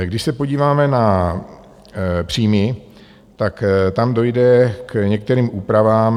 Když se podíváme na příjmy, tak tam dojde k některým úpravám.